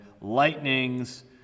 lightnings